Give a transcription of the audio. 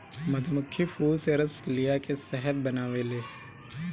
मधुमक्खी फूल से रस लिया के शहद बनावेले